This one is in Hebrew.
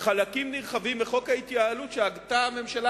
חלקים נרחבים מחוק ההתייעלות שהגתה הממשלה